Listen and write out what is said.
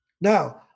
Now